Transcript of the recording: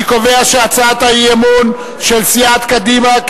אני קובע שהצעת האי-אמון של סיעת קדימה,